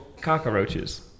cockroaches